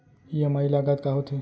EMI लागत का होथे?